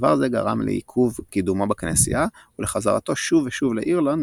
דבר זה גרם לעיכוב קידומו בכנסייה ולחזרתו שוב ושוב לאירלנד,